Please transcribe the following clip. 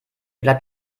bleibt